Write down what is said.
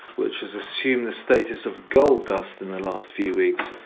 which has assumed the status of gold dust in the last few weeks.